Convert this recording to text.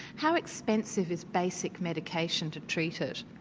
how expensive is basic medication to treat it?